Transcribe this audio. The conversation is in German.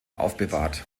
aufbewahrt